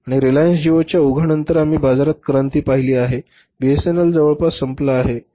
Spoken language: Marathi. आणि रिलायन्स जिओच्या ओघानंतर आम्ही बाजारात क्रांती पाहिली आहे आणि बीएसएनएल जवळपास संपला आहे